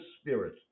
spirit